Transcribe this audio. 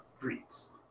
Greeks